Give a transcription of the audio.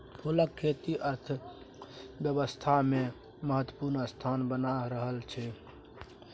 फूलक खेती अर्थव्यवस्थामे महत्वपूर्ण स्थान बना रहल छै